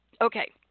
Okay